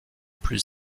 plus